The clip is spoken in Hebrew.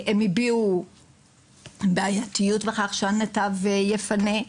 הן הביעו בעייתיות בכך שהנתב יפנה,